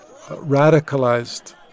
radicalized